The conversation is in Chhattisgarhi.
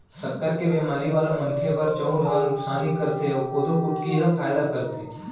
सक्कर के बेमारी वाला मनखे बर चउर ह नुकसानी करथे अउ कोदो कुटकी ह फायदा करथे